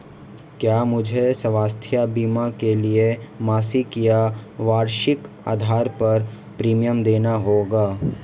क्या मुझे स्वास्थ्य बीमा के लिए मासिक या वार्षिक आधार पर प्रीमियम देना होगा?